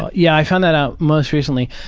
yeah, i found that out most recently.